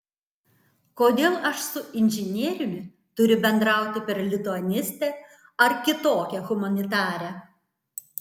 kodėl aš su inžinieriumi turiu bendrauti per lituanistę ar kitokią humanitarę